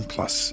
Plus